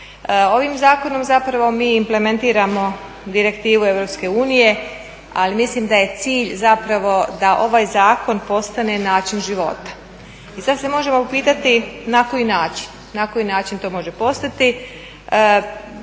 Ovim zakonom mi implementiramo direktivu EU, ali mislim da je cilj da ovaj zakon postane način života. I sada se možemo pitati na koji način, na koji način